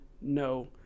no